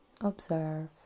observe